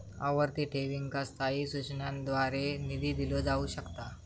आवर्ती ठेवींका स्थायी सूचनांद्वारे निधी दिलो जाऊ शकता